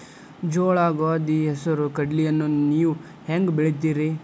ಜೋಳ, ಗೋಧಿ, ಹೆಸರು, ಕಡ್ಲಿಯನ್ನ ನೇವು ಹೆಂಗ್ ಬೆಳಿತಿರಿ?